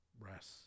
rest